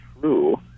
true